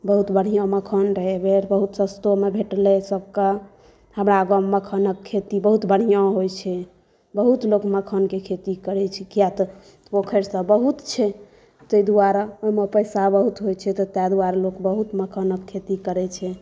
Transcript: बहुत बढ़िऑं मखान रहै एहिबेर बहुत सस्तोमे भेटलै सबके हमरा गाममे मखानक खेती बहुत बढ़िऑं होइ छै बहुत लोक मखानके खेती करै छै किया तऽ पोखरि सब बहुत छै ताहि दुआरे ओहिमे पैसा बहुत होइ छै तऽ तैं दुआरे लोक बहुत मखानक खेती करै छै